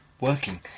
working